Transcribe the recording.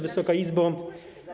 Wysoka Izbo!